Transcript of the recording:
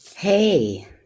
Hey